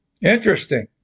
Interesting